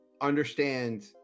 understand